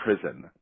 prison